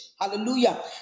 Hallelujah